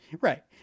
right